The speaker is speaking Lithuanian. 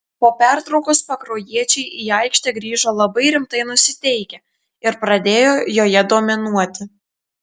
po pertraukos pakruojiečiai į aikštę grįžo labai rimtai nusiteikę ir pradėjo joje dominuoti